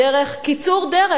דרך קיצור דרך,